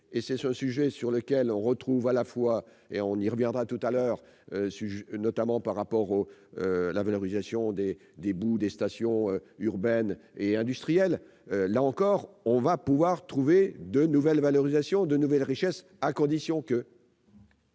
car c'est un beau sujet sur lequel on reviendra tout à l'heure, notamment avec la question de la valorisation des boues des stations urbaines et industrielles. Là encore, on va pouvoir trouver de nouvelles valorisations, de nouvelles richesses, à condition que ...